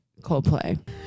Coldplay